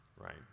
right